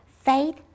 faith